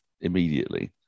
immediately